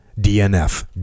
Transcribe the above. DNF